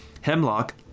Hemlock